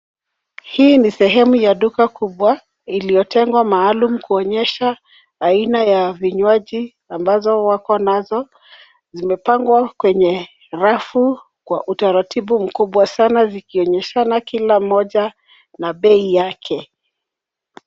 Hii ni sehemu ya duka kubwa, iliyotengwa maalum kuonyesha aina ya vinywaji ambazo wako nazo. Zimepangwa kwenye rafu kwa utaratibu mkubwa sana zikionyeshana kila moja na bei yake.